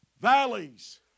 Valleys